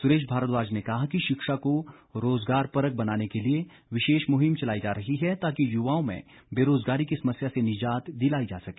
सुरेश भारद्वाज ने कहा कि शिक्षा को रोज़गारपरक बनाने के लिए विशेष मुहिम चलाई जा रही है ताकि युवाओं में बेरोजगारी की समस्या से निजात दिलाई जा सके